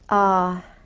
ah.